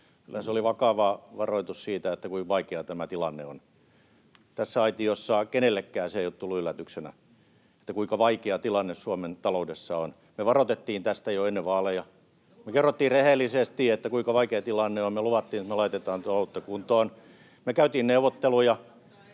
Kyllä se oli vakava varoitus siitä, kuinka vaikea tämä tilanne on. Tässä aitiossa se ei ole tullut kenellekään yllätyksenä, kuinka vaikea tilanne Suomen taloudessa on. Me varoitettiin tästä jo ennen vaaleja. Me kerrottiin rehellisesti, kuinka vaikea tilanne on. Me luvattiin, että me laitetaan taloutta kuntoon. Me käytiin neuvotteluja.